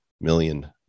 million